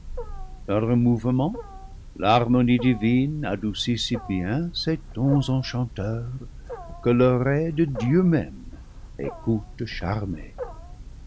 dans leurs mouvements l'harmonie divine adoucit si bien ses tons enchanteurs que l'oreille de dieu même écoute char